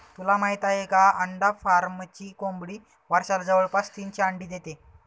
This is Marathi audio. तुला माहित आहे का? अंडा फार्मची कोंबडी वर्षाला जवळपास तीनशे अंडी देते